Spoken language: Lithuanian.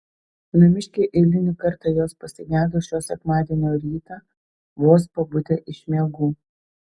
namiškiai eilinį kartą jos pasigedo šio sekmadienio rytą vos pabudę iš miegų